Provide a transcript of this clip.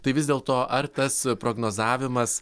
tai vis dėl to ar tas prognozavimas